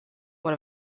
one